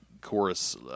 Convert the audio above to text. chorus